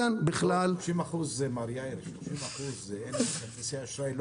30% זה אנשים שאין להם כרטיסי אשראי לא